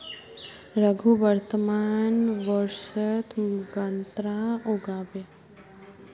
रघु वर्तमान वर्षत गन्ना उगाबे